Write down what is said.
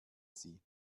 sie